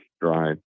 drive